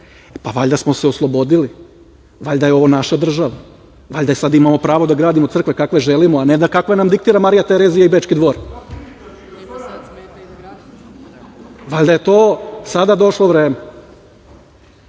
Pa valjda smo se oslobodili, valjda je ovo naša država, valjda sada imamo pravo da gradimo crkve kakve želimo, a ne da kakve nam diktira Marija Terezija i Bečki dvor. Valjda je to sada došlo vreme. Pričam